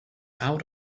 out